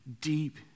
deep